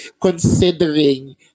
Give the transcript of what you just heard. considering